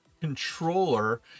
controller